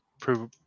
prove